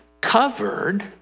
covered